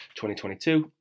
2022